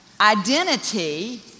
identity